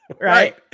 right